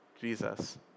Jesus